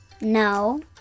No